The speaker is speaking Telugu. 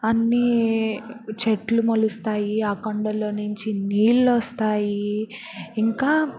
అన్నీ చెట్లు మొలుస్తాయి ఆ కొండలోనుంచి నీళ్ళు వస్తాయి ఇంకా